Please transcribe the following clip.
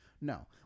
No